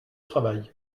travail